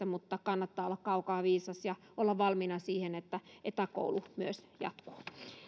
mutta kannattaa olla kaukaa viisas ja olla valmiina siihen että etäkoulu myös jatkuu